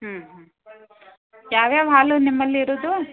ಹ್ಞೂ ಯಾವ್ಯಾವ ಹಾಲು ನಿಮ್ಮಲ್ಲಿ ಇರೋದು